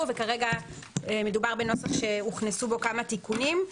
וכרגע מדובר בנוסח שהוכנסו בו כמה תיקונים.